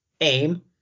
aim